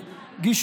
עם כזה גישור,